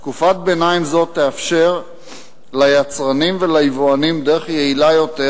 תקופת ביניים זו תאפשר ליצרנים וליבואנים דרך יעילה יותר,